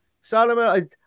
Solomon